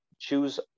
choose